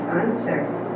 unchecked